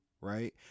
right